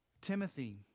Timothy